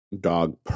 dog